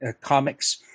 comics